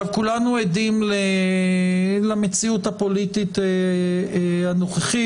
כולנו עדים למציאות הפוליטית הנוכחית.